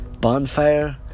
bonfire